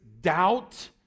doubt